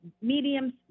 mediums